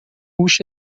هوش